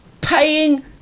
Paying